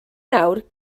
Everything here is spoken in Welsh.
nawr